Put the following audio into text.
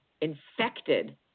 infected